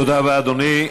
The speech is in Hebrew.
תודה רבה, אדוני.